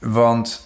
want